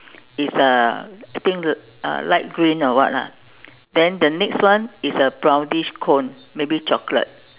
is uh I think uh light green or what lah then the next one is a brownish cone maybe chocolate